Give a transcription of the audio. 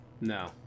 No